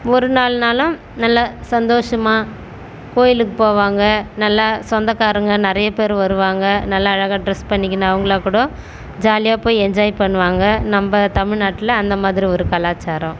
ஒரு நாள் நாளும் நல்லா சந்தோஷமாக கோயிலுக்கு போவாங்க நல்லா சொந்தகாரங்க நிறைய பேர் வருவாங்க நல்லா அழகாக ட்ரெஸ் பண்ணிக்கின்னு அவங்கள் கூட ஜாலியாக போய் என்ஜாய் பண்ணுவாங்க நம்ப தமிழ்நாட்டில் அந்த மாதிரி ஒரு கலாச்சாரம்